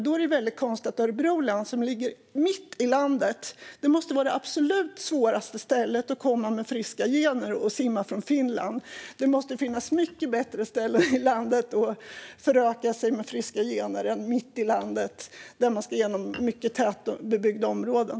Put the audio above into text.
Då måste ju Örebro län, som ligger mitt i landet, vara det absolut svåraste stället att komma till med friska gener om man simmar från Finland. Det måste finnas mycket bättre ställen i landet att föröka sig på med friska gener än mitt i landet, där man ska igenom mycket tätbebyggda områden.